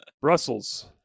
Brussels